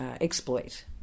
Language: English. exploit